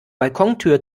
balkontür